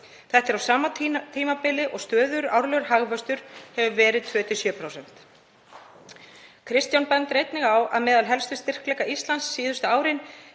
Þetta er á sama tímabili og stöðugur árlegur hagvöxtur hefur verið 2–7%. Kristján bendir einnig á að meðal helstu styrkleika Íslands síðustu árin